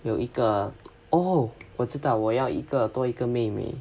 有一个 oo 我知道我要一个多一个妹妹